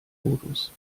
modus